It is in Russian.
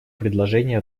предложения